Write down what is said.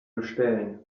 bestellen